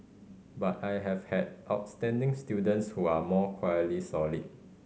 but I have had outstanding students who are more quietly solid